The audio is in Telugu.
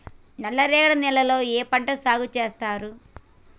నల్లరేగడి నేలల్లో ఏ పంట సాగు చేస్తారు?